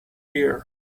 year